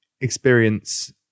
experience